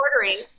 ordering